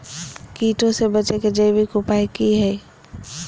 कीटों से बचे के जैविक उपाय की हैय?